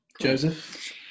Joseph